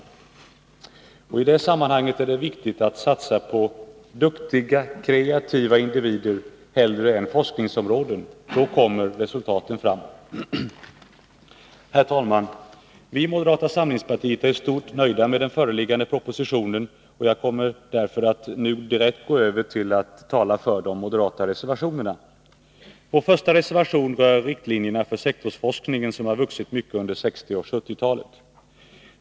Jag vill i det sammanhanget säga att det är viktigt att satsa på duktiga, kreativa individer hellre än på forskningsområden — då kommer resultaten fram. Herr talman! Vi i moderata samlingspartiet är i stort sett nöjda med den föreliggande propositionen, och jag kommer nu att direkt gå över till att tala för de moderata reservationerna. Vår första reservation rör riktlinjerna för sektorsforskningen, som har vuxit mycket i omfattning under 1960 och 1970-talen.